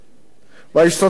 האסטרטגיה ברורה,